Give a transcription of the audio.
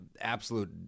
absolute